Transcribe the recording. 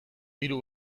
hiru